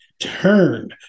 Turn